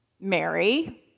Mary